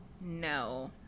No